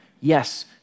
Yes